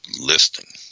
listening